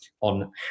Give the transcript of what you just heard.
on